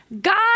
God